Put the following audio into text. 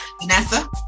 Vanessa